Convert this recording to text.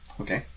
Okay